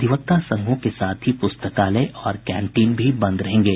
अधिवक्ता संघों के साथ ही पुस्तकालय और कैंटीन भी बंद रहेंगे